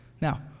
Now